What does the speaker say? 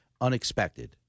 unexpected